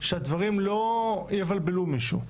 ושהדברים לא יבלבלו מישהו.